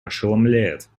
ошеломляет